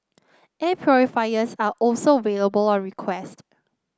air purifiers are also on request